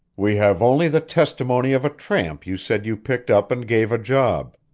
we have only the testimony of a tramp you said you picked up and gave a job.